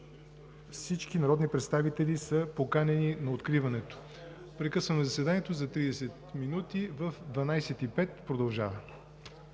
Всички народни представители са поканени на откриването. Прекъсваме заседанието за 30 минути. В 12,05 ч. продължаваме.